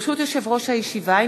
ברשות יושב-ראש הישיבה,